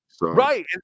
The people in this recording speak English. Right